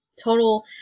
total